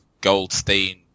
Goldstein